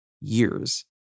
years